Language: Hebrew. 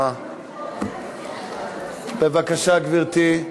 בבקשה, גברתי.